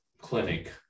clinic